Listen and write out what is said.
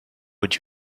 would